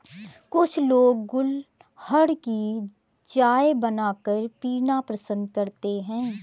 कुछ लोग गुलहड़ की चाय बनाकर पीना पसंद करते है